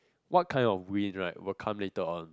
what kind of wind right will come later on